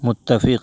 متفق